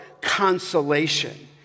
consolation